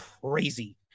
crazy